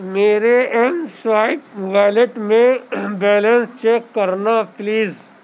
میرے M swipe wallet میں balance check کرنا پلیز